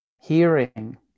Hearing